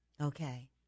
Okay